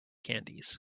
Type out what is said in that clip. candies